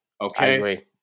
okay